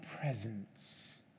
presence